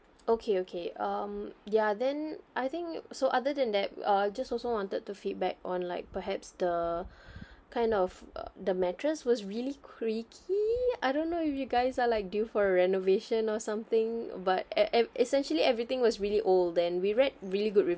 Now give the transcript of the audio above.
okay okay um ya then I think so other than that uh just also wanted to feedback on like perhaps the kind of uh the mattress was really creaky I don't know you guys are like due for a renovation or something but e~ essentially everything was really old and we read really good reviews